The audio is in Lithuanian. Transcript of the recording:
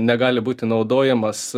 negali būti naudojamas